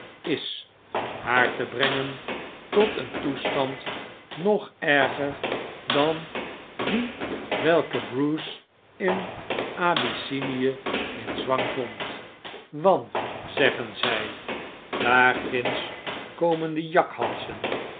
is haar te brengen tot een toestand nog erger dan die welke bruce in abyssinie in zwang vond want zeggen zjj daar ginds komen de jakhalzen